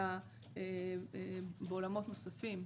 אלא בעולמות נוספים,